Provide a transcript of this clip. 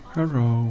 Hello